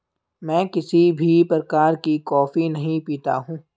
मैं किसी भी प्रकार की कॉफी नहीं पीता हूँ